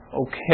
Okay